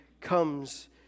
comes